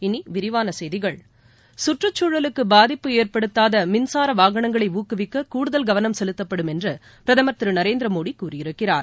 இனி விரிவான செய்திகள் சுற்றுச்சூழலுக்கு பாதிப்பு ஏற்படுத்தாத மின்சார வாகனங்களை ஊக்குவிக்க கூடுதல் கவனம் செலுத்தப்படும் என்று பிரதமர் திரு நரேந்திர மோடி கூறியிருக்கிறார்